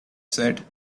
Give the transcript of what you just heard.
said